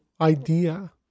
idea